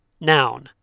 Noun